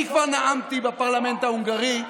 אני כבר נאמתי בפרלמנט ההונגרי,